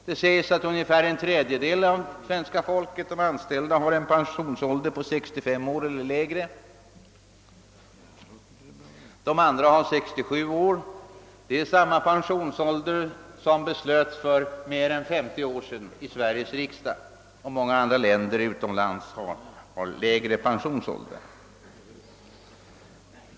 Det sägs att ungefär en tredjedel av de anställda i Sverige har en pensionsålder på 65 år eller lägre; de andra har 67 år. Det är samma pensionsålder som beslöts för mer än 50 år sedan i Sveriges riksdag, och många andra länder har lägre pensionsålder.